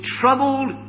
troubled